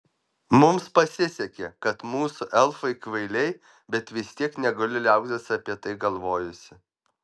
mums pasisekė kad mūsų elfai kvailiai bet vis tiek negaliu liautis apie tai galvojusi